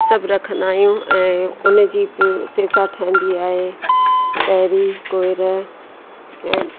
सभु रखंदा आहियूं ऐं उन जी बि सेसा ठहंदी आहे ताइरी कोएर ऐं